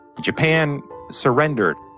japan surrendered,